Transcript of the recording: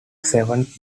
seventh